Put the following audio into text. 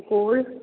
सुकुल